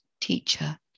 teacher